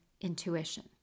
intuition